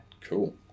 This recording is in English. Cool